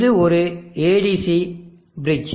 இது ஒரு ADC bridge